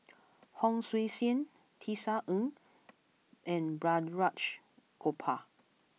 Hon Sui Sen Tisa Ng and Balraj Gopal